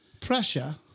Pressure